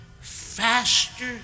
faster